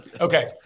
Okay